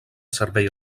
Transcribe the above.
servei